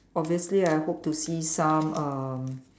obviously I hope to see some um